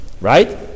right